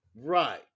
Right